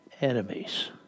enemies